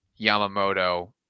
Yamamoto